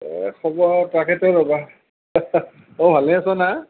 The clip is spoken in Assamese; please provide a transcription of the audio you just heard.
খবৰ তাকেতো ৰ'বা অঁ ভালে আছ' না